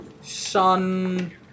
Sun